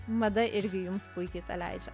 mada irgi jums puikiai tą leidžia